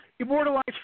immortalized